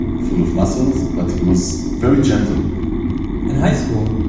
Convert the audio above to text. full of muscles. but he was very gentle in high school,